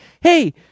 hey